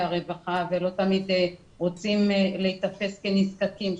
הרווחה ולא תמיד רוצים להיתפס כנזקקים.